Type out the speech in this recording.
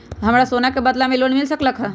हमरा सोना के बदला में लोन मिल सकलक ह?